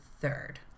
third